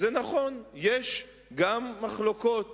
זה נכון שיש גם מחלוקות